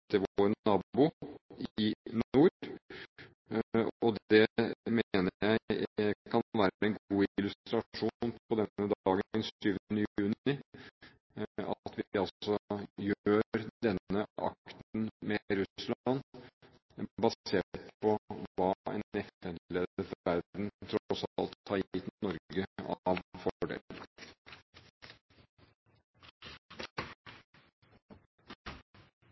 Det mener jeg kan være en god illustrasjon på denne dagen – 7. juni – at vi gjør denne akten med Russland basert på hva en FN-ledet verden tross alt